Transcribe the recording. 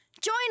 Join